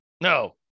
no